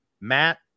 Matt